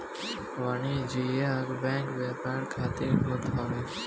वाणिज्यिक बैंक व्यापार खातिर होत हवे